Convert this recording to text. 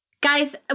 Guys